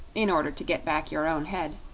in order to get back your own head.